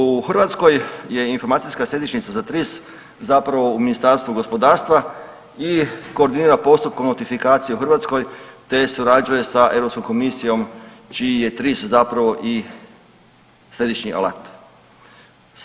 U Hrvatskoj je informacijska središnjica za TRIS zapravo u Ministarstvu gospodarstva i koordinira postupkom notifikacije u Hrvatskoj te surađuje sa Europskom komisijom čiji je TRIS zapravo i središnji alat.